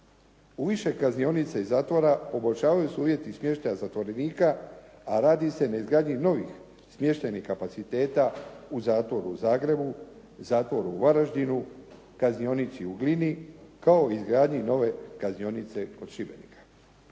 U više kaznionica i zatvora poboljšavaju se uvjeti smještaja zatvorenika a radi se na izgradnji novih smještajnih kapaciteta u zatvoru u Zagrebu, zatvoru u Varaždinu, kaznionici u Glini kao i izgradnji nove kaznionice kod Šibenika.